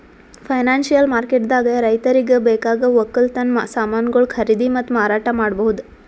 financial ಮಾರ್ಕೆಟ್ದಾಗ್ ರೈತರಿಗ್ ಬೇಕಾಗವ್ ವಕ್ಕಲತನ್ ಸಮಾನ್ಗೊಳು ಖರೀದಿ ಮತ್ತ್ ಮಾರಾಟ್ ಮಾಡ್ಬಹುದ್